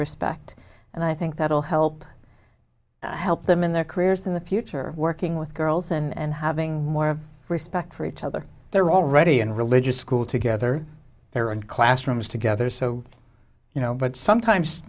respect and i think that will help help them in their careers in the future working with girls and having more respect for each other they're already in religious school together they're in classrooms together so you know but sometimes